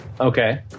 Okay